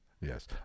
Yes